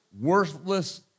worthless